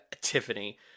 Tiffany